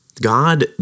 God